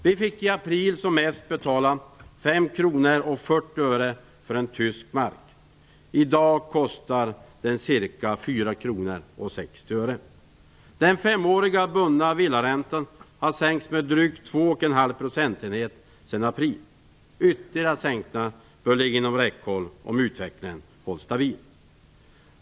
Vi fick i april som mest betala 5 kr och 40 öre för en tysk mark. I dag kostar den ca 4 kr och 60 öre. Den femåriga bundna villaräntan har sänkts med drygt 2,5 procentenhet sedan april. Ytterligare sänkningar bör ligga inom räckhåll om utvecklingen hålls stabil.